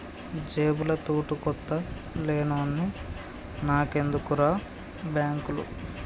జేబుల తూటుకొత్త లేనోన్ని నాకెందుకుర్రా బాంకులు